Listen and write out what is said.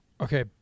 Okay